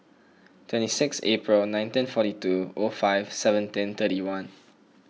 twenty sixth April nineteen forty two O five seventeen thirty one